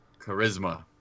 Charisma